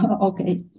Okay